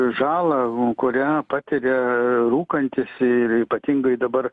žalą kurią patiria rūkantys ir ypatingai dabar